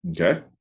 Okay